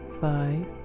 five